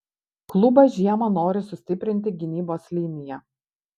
klubas žiemą nori sustiprinti gynybos liniją